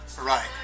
Right